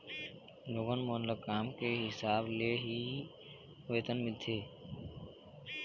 लोगन मन ल काम के हिसाब ले ही वेतन मिलथे